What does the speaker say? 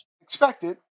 expected